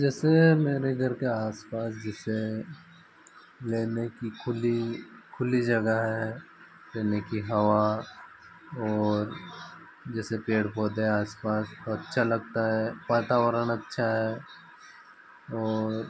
जैसे मेरे घर के आस पास जैसे लेने की खुली खुली जगह है लेने की हवा और जैसे पेड़ पौधे आस पास तो अच्छा लगता है वातावरण अच्छा है और